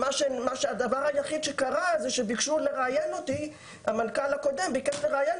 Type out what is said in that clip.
והדבר היחיד שקרה הוא שהמנכ"ל הקודם ביקש לראיין